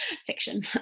section